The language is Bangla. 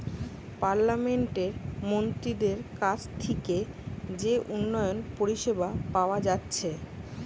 পার্লামেন্টের মন্ত্রীদের কাছ থিকে যে উন্নয়ন পরিষেবা পাওয়া যাচ্ছে